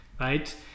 right